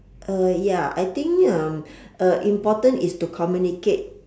uh ya I think um uh important is to communicate